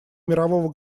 мирового